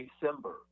December